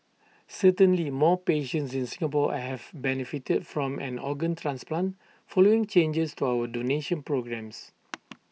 certainly more patients in Singapore I have benefited from an organ transplant following changes to our donation programmes